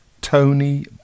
Tony